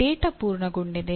data ಪೂರ್ಣಗೊಂಡಿದೆಯೇ